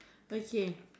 okay